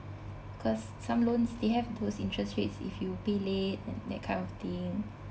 cause some loans they have those interest rates if you pay late and that kind of thing